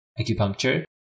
acupuncture